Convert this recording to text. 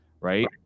right